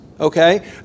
Okay